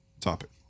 topic